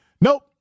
Nope